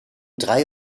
drei